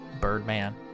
Birdman